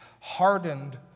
hardened